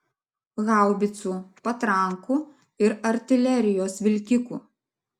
haubicų patrankų ir artilerijos vilkikų